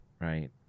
right